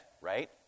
right